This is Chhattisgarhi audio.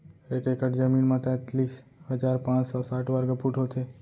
एक एकड़ जमीन मा तैतलीस हजार पाँच सौ साठ वर्ग फुट होथे